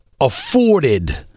afforded